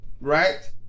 Right